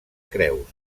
creus